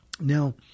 Now